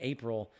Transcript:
April